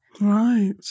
Right